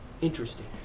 Interesting